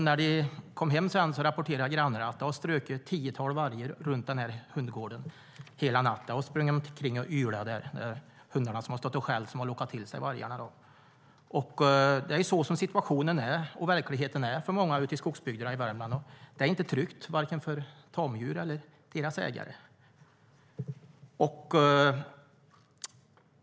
När de kom hem rapporterade grannarna att ett tiotal vargar hade strukit runt hundgården hela natten och ylat. Hundarna som skällde hade lockat till sig vargarna. Det är så situationen och verkligheten ser ut för många ute i skogsbygderna i Värmland. Det är inte tryggt för vare sig tamdjur eller deras ägare.